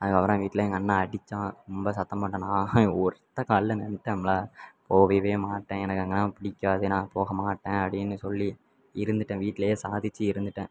அதுக்கப்புறம் எங்கள் வீட்டில் எங்கள் அண்ணன் அடித்தான் ரொம்ப சத்தம் போட்டான் நான் ஒத்த காலில் நின்றுட்டோம்ல போகவே மாட்டேன் எனக்கு அங்கெல்லாம் பிடிக்காது நான் போக மாட்டேன் அப்படின்னு சொல்லி இருந்துவிட்டேன் வீட்லேயே சாதித்து இருந்துவிட்டேன்